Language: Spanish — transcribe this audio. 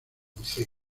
buceo